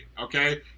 Okay